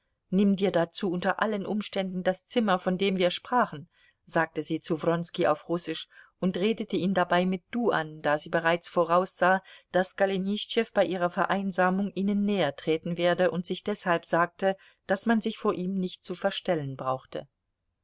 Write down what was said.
nimm dir dazu unter allen umständen das zimmer von dem wir sprachen sagte sie zu wronski auf russisch und redete ihn dabei mit du an da sie bereits voraussah daß golenischtschew bei ihrer vereinsamung ihnen nähertreten werde und sich deshalb sagte daß man sich vor ihm nicht zu verstellen brauchte